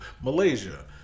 Malaysia